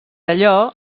allò